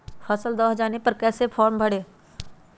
फसल दह जाने पर कैसे फॉर्म भरे?